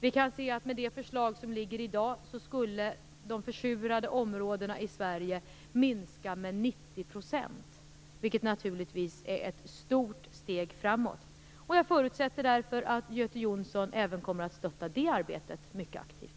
Med det förslag som ligger i dag skulle de försurade områdena i Sverige minska med 90 %, vilket naturligtvis är ett stort steg framåt. Jag förutsätter därför att Göte Jonsson kommer att stötta även det arbetet mycket aktivt.